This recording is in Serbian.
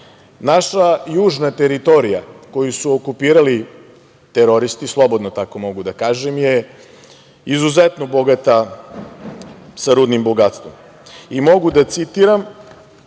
Naša južna teritorija koju su okupirali teroristi, slobodno tako mogu da kažem, je izuzetno bogata rudnim bogatstvom. Mogu da citiram,